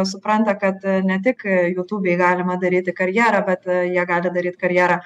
supranta kad ne tik jutūbėj galima daryti karjerą bet jie gali daryt karjerą